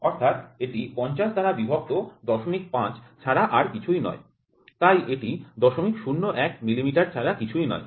অর্থাৎ এটি ৫০ দ্বারা বিভক্ত ০৫ ছাড়া আর কিছুই নয় তাই এটি ০০১ মিলিমিটার ছাড়া কিছুই নয়